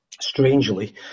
strangely